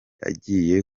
agiye